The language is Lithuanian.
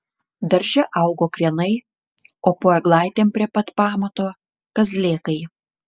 darže augo krienai o po eglaitėm prie pat pamato kazlėkai